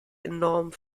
enorm